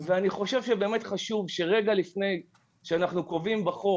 באמת חשוב שרגע לפני שאנחנו קובעים בחוק